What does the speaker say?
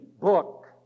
book